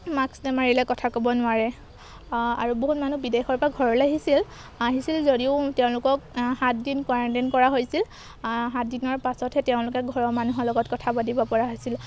মাক্স নামাৰিলে কথা ক'ব নোৱাৰে আৰু বহুত মানুহ বিদেশৰপৰা ঘৰলৈ আহিছিল আহিছিল যদিও তেওঁলোকক সাতদিন কুৱাৰেণ্টাইন কৰা হৈছিল সাত দিনৰ পাছতহে তেওঁলোকে ঘৰৰ মানুহৰ লগত কথা পাতিব পৰা হৈছিল